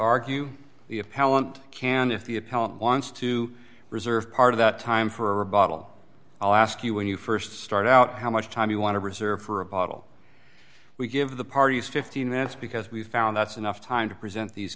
appellant wants to reserve part of that time for a bottle i'll ask you when you st start out how much time you want to reserve for a bottle we give the parties fifteen minutes because we've found that's enough time to present these